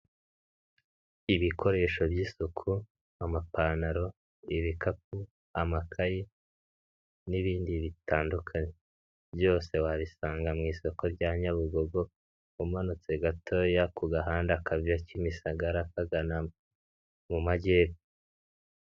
Ibikoresho by'isuku, amapantaro, ibikapu, amakayi n'ibindi bitandukanye. Byose wabisanga mu isoko rya Nyabugogo, umanutse gatoya ku gahanda kava Kimisagara kagana mu Majyepfo.